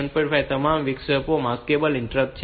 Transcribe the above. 5 આ તમામ વિક્ષેપો માસ્કેબલ ઇન્ટરપ્ટ છે